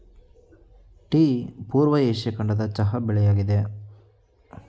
tea ಪೂರ್ವ Asia ಖಂಡದ ಚಹಾ ಬೆಳೆಯಾಗಿದೆ